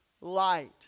light